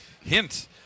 hint